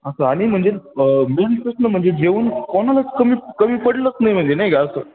असं आणि म्हणजे मेन तेच ना म्हणजे जेवण कोणालाच कमी कमी पडलंच नाही म्हणजे नाही का असं